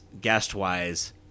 guest-wise